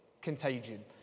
contagion